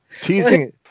Teasing